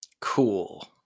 Cool